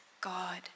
God